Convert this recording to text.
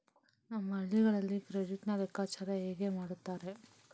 ನಮ್ಮ ಹಳ್ಳಿಗಳಲ್ಲಿ ಕ್ರೆಡಿಟ್ ನ ಲೆಕ್ಕಾಚಾರ ಹೇಗೆ ಮಾಡುತ್ತಾರೆ?